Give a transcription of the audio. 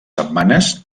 setmanes